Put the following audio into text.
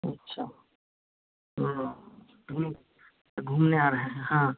अच्छा घूमने आ रहे हैं हाँ